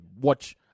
watch